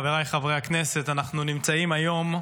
חבריי חברי הכנסת, אנחנו נמצאים היום,